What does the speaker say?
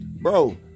Bro